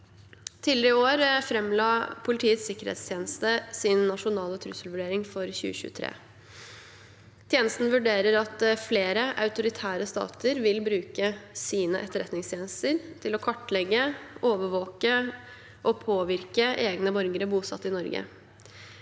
Tidligere i år framla Politiets sikkerhetstjeneste sin nasjonale trusselvurdering for 2023. Tjenesten vurderer at flere autoritære stater vil bruke sine etterretningstjenester til å kartlegge, overvåke og påvirke egne borgere bosatt i Norge.